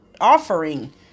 offering